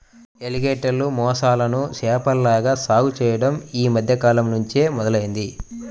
ఎలిగేటర్లు, మొసళ్ళను చేపల్లాగా సాగు చెయ్యడం యీ మద్దె కాలంనుంచే మొదలయ్యింది